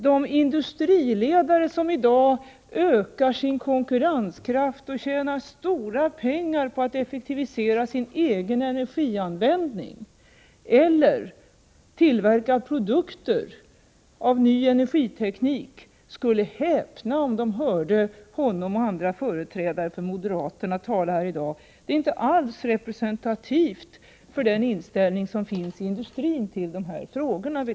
De industriledare som i dag ökar sin konkurrenskraft och tjänar stora pengar på att effektivisera sin egen energianvändning eller på att tillverka produkter av ny energiteknik skulle häpna om de hörde honom och andra företrädare för moderaterna tala här i dag. Vad de säger är inte alls representativt för den inställning som finns i industrin till dessa frågor.